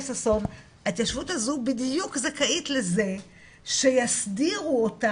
ששון - ההתיישבות הזו בדיוק זכאית לזה שיסדירו אותה,